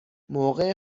موقع